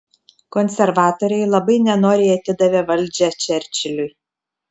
konservatoriai labai nenoriai atidavė valdžią čerčiliui